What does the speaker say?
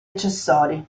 accessori